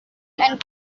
and